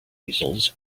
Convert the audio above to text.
easels